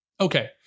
Okay